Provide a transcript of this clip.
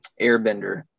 airbender